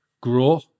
grow